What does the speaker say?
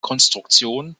konstruktion